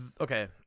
okay